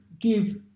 give